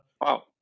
Wow